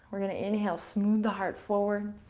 we're going to inhale. smooth the heart forward.